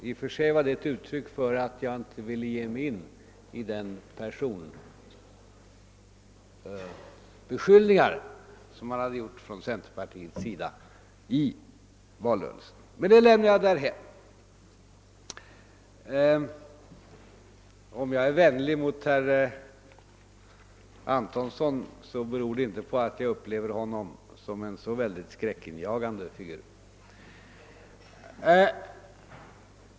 I och för sig är det ett uttryck för att jag inte vill ge mig in i de personbeskyllningar som man gjort från centerpartiets sida i valrörelsen. Öm jag är vänlig mot herr Antonsson, beror det inte på att jag upplever honom som en så förfärligt skräckinjagande figur.